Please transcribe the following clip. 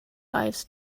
lives